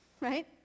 right